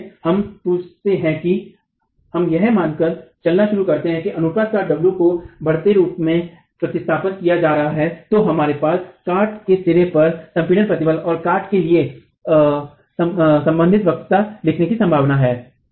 इसलिए अगर हम पूछते हैं कि हम यह मानकर चलना शुरू करते हैं कि अनुप्रस्थ काट w को बढ़ते रूप में प्रतिस्थापित किया जा रहा है तो हमारे पास काट के सिरे पर संपीडन प्रतिबल और काट के लिए संबंधित वक्रता लिखने की संभावना है